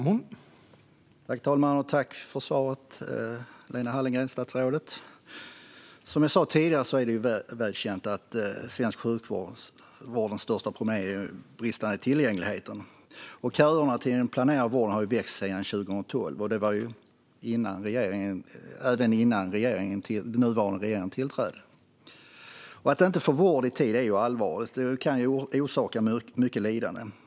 Herr talman! Tack, statsrådet Lena Hallengren, för svaret! Som jag sa tidigare är det väl känt att den svenska sjukvårdens största problem är den bristande tillgängligheten. Köerna till planerad vård har växt sedan 2012, alltså även innan den nuvarande regeringen tillträde. Att inte få vård i tid är allvarligt och kan orsaka mycket lidande.